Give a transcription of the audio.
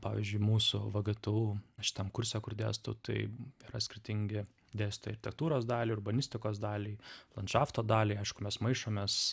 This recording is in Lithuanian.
pavyzdžiui mūsų vgtu šitam kurse kur dėstau tai yra skirtingi dėstytojai architektūros daliai urbanistikos daliai landšafto daliai aišku mes maišomės